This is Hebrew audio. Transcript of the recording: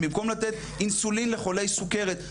במקום לתת אינסולין לחולי סוכרת,